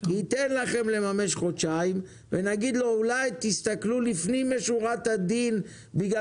יתנו לכם לממש חודשיים ואולי יסתכלו לפנים משורת הדין בגלל